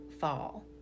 fall